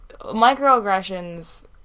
microaggressions